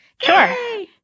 Sure